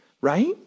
right